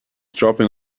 dropping